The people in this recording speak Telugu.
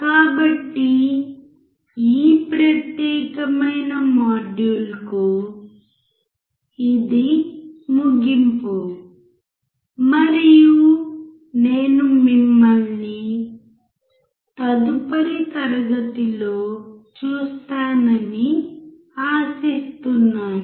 కాబట్టి ఈ ప్రత్యేకమైన మాడ్యూల్కు ఇది ముగింపు మరియు నేను మిమ్మల్ని తదుపరి తరగతిలో చూస్తానని ఆశిస్తున్నాను